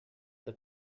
the